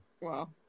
wow